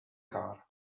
car